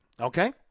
okay